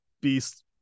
Beast